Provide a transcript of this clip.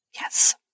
Yes